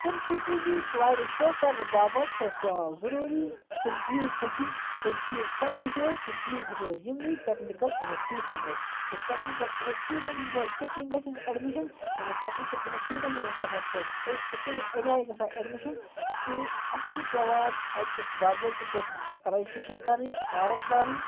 تِم P P T slides show کرنہٕ باپتھ چھِ اَسہِ پٮ۪وان ضُروٗری تِم چیٖز ہیٚچھِنۍ تِم چیٖز کَتہِ ہیٚچھو أسۍ تِم چیٖز ہیٚچھو أسۍ یِمنٕے ٹٮ۪کنِکٕل اِنَسچوٗٹَن منٛز تِم ٹٮ۪کنِکٕل اِنَسچوٗٹَن منٛز کِتھ کٔنۍ گژھِ اَسہِ اٮ۪ڈمِشَن یِمَن ٹٮ۪کنِکٕل اِنَسچوٗٹَن منٛز ہَسا چھِ اَسہِ یِتھ کٔنۍ اَمہِ آیہِ گژھان اٮ۪ڈمِشَن کہِ اَسہِ چھِ پٮ۪وان اَتہِ باضٲبطہٕ پٲٹھۍ رَجِسٹرٛیشَن کَرٕنۍ فارَم بَرُن